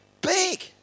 big